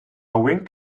wink